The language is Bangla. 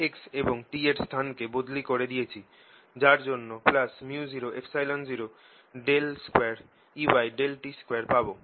x এবং t এর স্থান কে বদলি করে দিয়েছি যার জন্য µ002Eyt2 পাবো